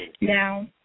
Now